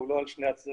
הוא לא על שני הצדדים,